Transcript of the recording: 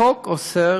החוק אוסר